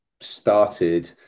started